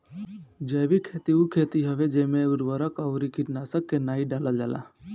जैविक खेती उ खेती हवे जेमे उर्वरक अउरी कीटनाशक के नाइ डालल जाला